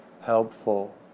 helpful